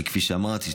וכפי שאמרתי,